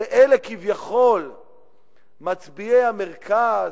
שאלה כביכול מצביעי המרכז,